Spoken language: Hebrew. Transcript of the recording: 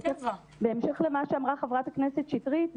בהמשך למה שאמרה חברת הכנסת שטרית,